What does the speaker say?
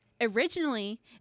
Originally